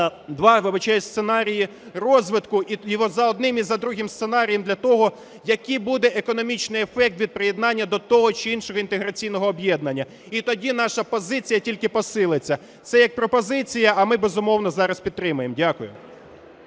показати два сценарії розвитку, і от за одним, і за другим сценарієм для того, який буде економічний ефект від приєднання до того чи іншого інтеграційного об'єднання. І тоді наша позиція тільки посилиться. Це як пропозиція. А ми, безумовно, зараз підтримаємо. Дякую.